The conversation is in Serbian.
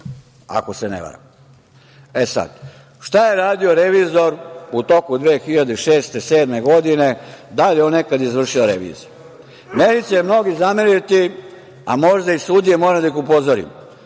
ako se ne varam. E sad, šta je radio revizor u toku 2006, 2007. godine, da li je on nekada izvršio reviziju? Meni će mnogi zameriti, a možda i sudije, moram da ih upozorim.